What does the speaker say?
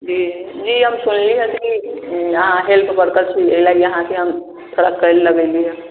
जी हम सुनली ह कि अहाॅं हैल्थ वरकर छी एहि लागी अहाॅं लग हम थोड़ा काम लए अयली ह